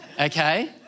okay